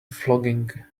flogging